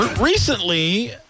Recently